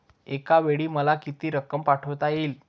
एकावेळी मला किती रक्कम पाठविता येईल?